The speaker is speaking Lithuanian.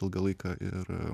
ilgą laiką ir